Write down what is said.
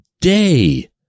day